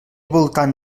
voltant